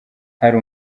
hari